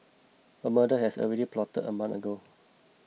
a murder has already plotted a month ago